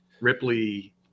Ripley